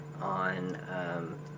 on